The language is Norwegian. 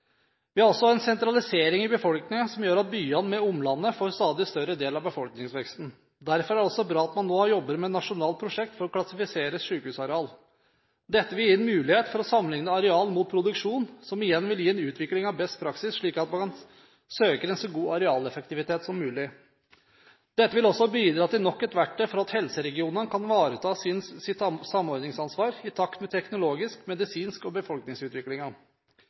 Vi har også en sentralisering i befolkningen, som gjør at byene med omland får en stadig større del av befolkningsveksten. Derfor er det bra at man nå jobber med et nasjonalt prosjekt for å klassifisere sykehusareal. Dette vil gi mulighet for å sammenligne areal med produksjon, noe som igjen vil gi en utvikling av best praksis, slik at man kan søke en så god arealeffektivitet som mulig. Dette vil også bidra til nok et verktøy for helseregionen til å ivareta sitt samordningsansvar i takt med teknologisk utvikling, medisinsk utvikling og